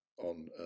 on